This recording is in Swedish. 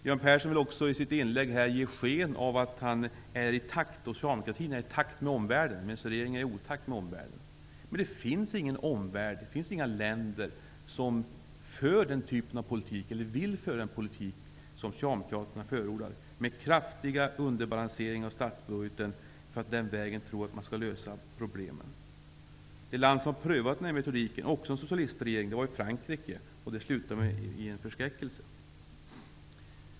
Göran Persson ville också i sitt inlägg här ge sken av att han och socialdemokratin inte är i takt med omvärlden. Regeringen däremot skulle vara i otakt med omvärlden. Men det finns ju ingen omvärld -- det finns nämligen inga länder som vill ha de så -- som vill föra den typ av politik som Socialdemokraterna förordar och som innebär en kraftig underbalansering av statsbudgeten för att den vägen, som man tror, lösa problemen. Det land som prövat den här metodiken -- ett land med en socialistregering -- är Frankrike. Det hela slutade med förskräckelse.